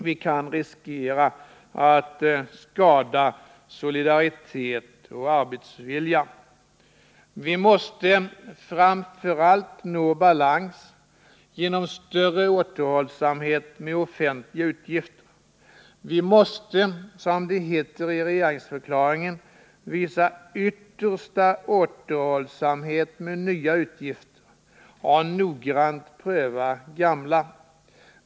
Vi kan riskera att skada solidaritet och arbetsvilja. Vi måste framför allt nå balans genom större återhållsamhet med offentliga utgifter. Vi måste — som det heter i regeringsförklaringen — visa yttersta återhållsamhet med nya utgifter och noggrant pröva gamla.